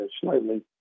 slightly